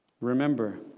remember